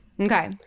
okay